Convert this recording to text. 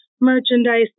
merchandise